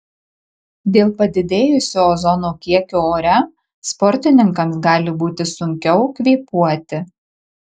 dėl padidėjusio ozono kiekio ore sportininkams gali būti sunkiau kvėpuoti